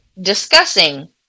discussing